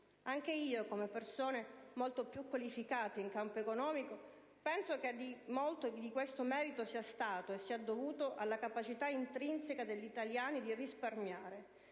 Anch'io, come persone molto più qualificate in campo economico, penso che molto di questo merito sia stato e sia dovuto, alla capacità intrinseca degli italiani di risparmiare,